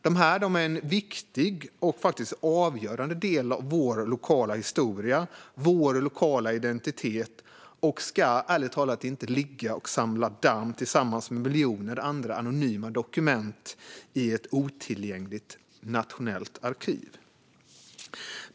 Dokumenten är en viktig och avgörande del av vår lokala historia och vår lokala identitet och ska inte ligga och samla damm tillsammans med miljoner andra anonyma dokument i ett otillgängligt nationellt arkiv.